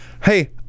hey